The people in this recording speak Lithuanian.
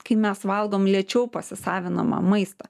kai mes valgom lėčiau pasisavinamą maistą